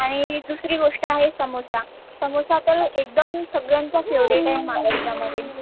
आणि दुसरी गोष्ट आहे समोसा समोसा तर एकदम सगळ्यांचा फेवरेट आहे महाराष्ट्रामध्ये